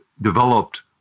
developed